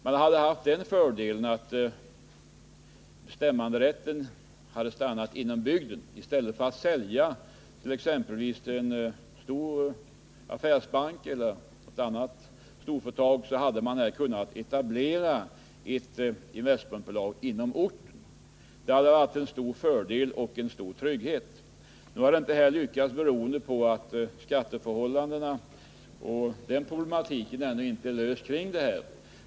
De hade då haft fördelen att bestämmanderätten hade stannat inom bygden. I stället för att sälja till en stor affärsbank eller ett storföretag hade man kunnat etablera ett investmentbolag på orten. Det hade varit en stor fördel och inneburit ökad trygghet. Nu har ännu inte detta lyckats, beroende påatt problematiken med skatteförhållandena inte är löst.